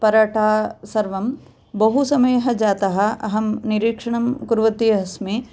पराटा सर्वं बहु समयः जातः अहं निरीक्षणं कुर्वति अस्मि